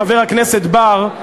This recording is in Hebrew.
חבר הכנסת בר,